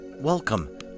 Welcome